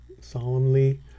solemnly